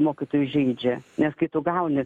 mokytojus žeidžia nes kai tu gauni